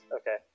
Okay